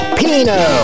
pino